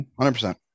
100%